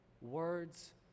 Words